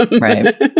right